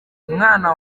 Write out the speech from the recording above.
umwana